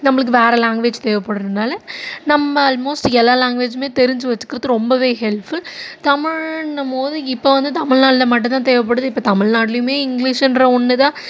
நம்மளுக்கு வேறு லாங்குவேஜ் தேவைப்பட்றதுனால நம்ம அல்மோஸ்ட் எல்லா லாங்குவேஜுமே தெரிஞ்சு வச்சுக்கிறது ரொம்பவே ஹெல்ப்ஃபுல் தமிழ்ன்னும் போது இப்போ வந்து தமிழ்நாட்ல மட்டும்தான் தேவைப்படுது இப்போ தமிழ்நாட்லியுமே இங்கிலீஷுங்ற ஒன்றுதான்